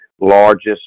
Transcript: largest